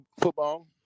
football